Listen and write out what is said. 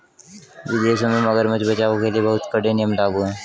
विदेशों में मगरमच्छ बचाओ के लिए बहुत कड़े नियम लागू हैं